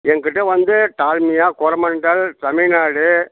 ஏன்கிட்டே வந்து டால்மியா கோரமண்டல் தமிழ்நாடு